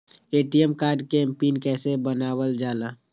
ATM card के PIN कैसे बनावल जाला?